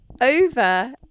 over